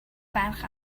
ferch